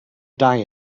die